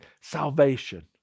salvation